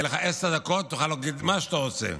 יהיו לך עשר דקות, ותוכל להגיד מה שאתה רוצה.